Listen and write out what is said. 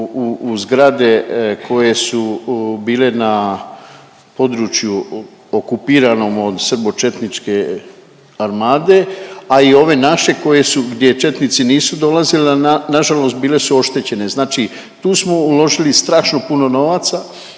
u zgrade koje su bile na području okupiranom od srbočetničke armade, a i ove naše koje su gdje četnici nisu dolazili, a nažalost bile su oštećene. Znači tu smo uložili strašno puno novaca,